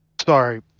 Sorry